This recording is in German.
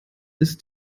ist